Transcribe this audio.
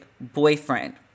boyfriend